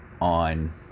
on